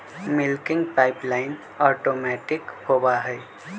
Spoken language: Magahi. मिल्किंग पाइपलाइन ऑटोमैटिक होबा हई